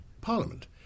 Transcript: Parliament